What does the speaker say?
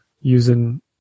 using